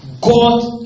God